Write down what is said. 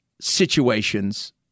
situations